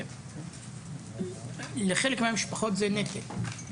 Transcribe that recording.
לחלק מהמשפחות זה נטל.